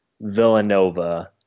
Villanova